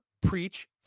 preach